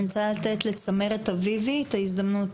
תודה רבה.